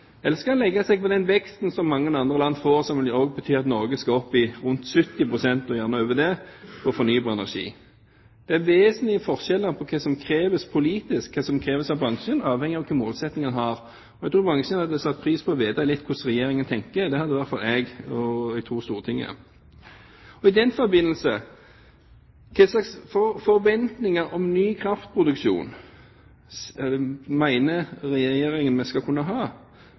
veksten som mange andre land får, som også vil bety at Norge skal opp i rundt 70 pst. og gjerne over det på fornybar energi? Det er vesentlige forskjeller på hva som kreves politisk, og hva som kreves av bransjen avhengig av hvilke målsettinger en har. Jeg tror bransjen hadde satt pris på å få vite litt hvordan Regjeringen tenker. Det hadde i hvert fall jeg og jeg tror også Stortinget. I denne forbindelse: Hva slags forventninger om ny kraftproduksjon mener Regjeringen vi skal kunne ha?